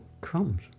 Crumbs